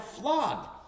flogged